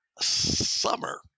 summer